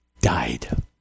died